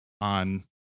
on